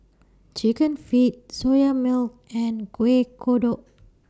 Chicken Feet Soya Milk and Kueh Kodok